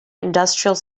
industrial